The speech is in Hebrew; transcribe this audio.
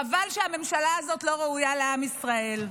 חבל שהממשלה הזאת לא ראויה לעם ישראל.